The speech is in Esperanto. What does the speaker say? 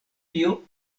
tio